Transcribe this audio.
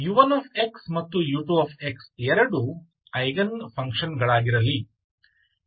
u1x ಮತ್ತು u2x ಎರಡು eigen function ಗಳಾಗಿರಲಿ